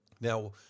Now